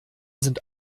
sind